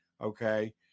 Okay